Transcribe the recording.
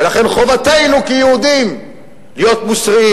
ולכן חובתנו כיהודים להיות מוסריים.